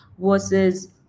versus